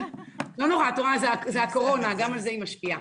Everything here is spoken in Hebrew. לא נורא, זה הקורונה, גם על זה היא משפיעה.